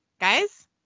guys